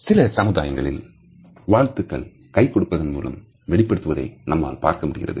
சில சமுதாயங்களில் வாழ்த்துக்கள் கை கொடுப்பதன் மூலம் வெளிப்படுத்துவதை நம்மால் பார்க்க முடிகிறது